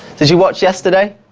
did you watch yesterday?